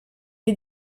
est